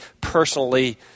personally